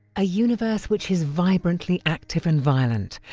a universe which is vibrantly active and violent,